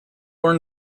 were